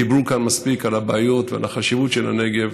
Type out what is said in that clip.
דיברו כאן מספיק על הבעיות ועל החשיבות של הנגב,